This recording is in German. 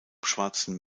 schwarzen